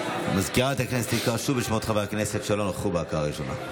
מזכיר הכנסת תקרא שוב בשמות חברי הכנסת שלא נכחו בהקראה הראשונה.